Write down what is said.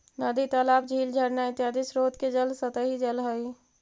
नदी तालाब, झील झरना इत्यादि स्रोत के जल सतही जल हई